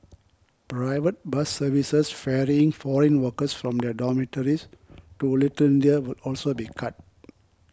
private bus services ferrying foreign workers from their dormitories to Little India will also be cut